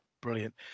brilliant